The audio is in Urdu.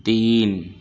تین